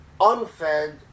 unfed